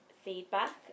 feedback